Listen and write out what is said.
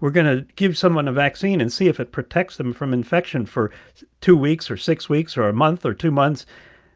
we're going to give someone a vaccine and see if it protects them from infection for two weeks or six weeks or a month or two months